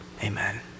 Amen